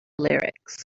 lyrics